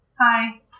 Hi